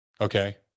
okay